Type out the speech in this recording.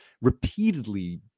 repeatedly